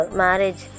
marriage